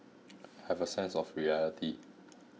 have a sense of reality